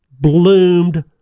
bloomed